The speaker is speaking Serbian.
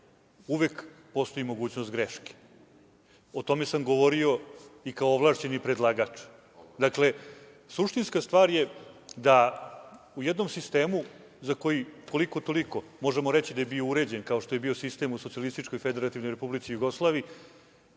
uvek postoji mogućnost greške. O tome sam govorio i kao ovlašćeni predlagač. Dakle, suštinska stvar je da u jednom sistemu za koji koliko, toliko možemo reći da je bio uređen, kao što je bio sistem u SFRJ, mislim da je veoma